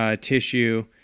Tissue